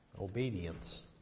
obedience